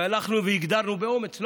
הלכנו והגדרנו באומץ.